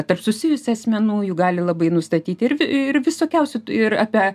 tarp susijusių asmenų jų gali labai nustatyti ir vi ir visokiausių ir apie